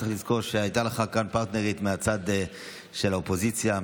צריך לזכור שהייתה לך כאן פרטנרית מהצד של האופוזיציה,